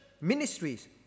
ministries